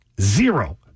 Zero